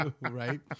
right